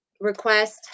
request